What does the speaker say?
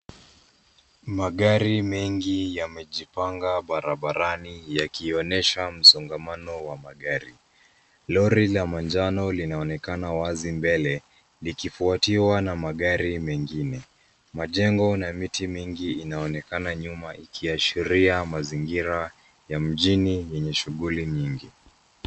Magari mengi yamejipanga barabarani yakionyesha msongamano wa magari. Lori la manjano linaonekana wazi mbele, likifuatiwa na magari mengine. Majengo na miti mingi inaonekana nyuma ikiashiria mazingira ya mjini yenye shughuli nyingi.